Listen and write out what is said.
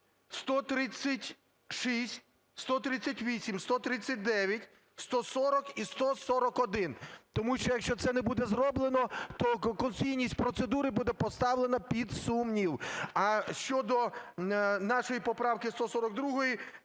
136, 138, 139, 140 і 141, - тому що, якщо це не буде зроблено, то конституційність процедури буде поставлена під сумнів. А щодо нашої поправки 142,